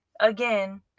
again